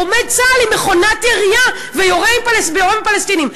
עומד צה"ל עם מכונת ירייה ויורה בפלסטינים",